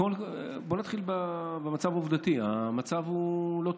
בואו נתחיל במצב העובדתי: המצב לא טוב.